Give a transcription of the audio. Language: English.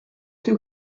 two